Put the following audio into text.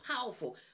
powerful